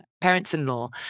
parents-in-law